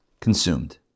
consumed